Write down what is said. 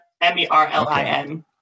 M-E-R-L-I-N